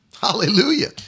Hallelujah